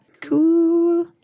Cool